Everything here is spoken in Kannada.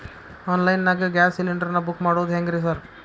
ಆನ್ಲೈನ್ ನಾಗ ಗ್ಯಾಸ್ ಸಿಲಿಂಡರ್ ನಾ ಬುಕ್ ಮಾಡೋದ್ ಹೆಂಗ್ರಿ ಸಾರ್?